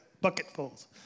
bucketfuls